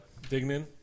Dignan